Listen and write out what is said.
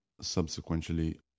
subsequently